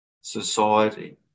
society